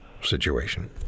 situation